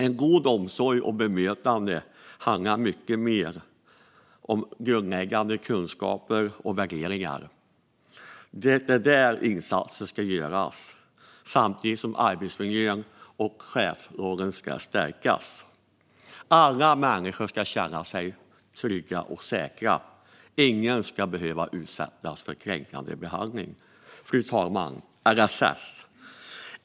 En god omsorg och ett gott bemötande handlar mycket om grundläggande kunskaper och värderingar. Det är där insatser ska göras. Samtidigt ska arbetsmiljön och chefsrollen stärkas. Alla människor ska kunna känna sig trygga och säkra. Ingen ska behöva utsättas för kränkande behandling. Fru talman!